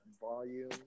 volume